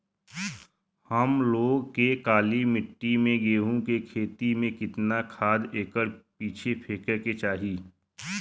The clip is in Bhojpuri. हम लोग के काली मिट्टी में गेहूँ के खेती में कितना खाद एकड़ पीछे फेके के चाही?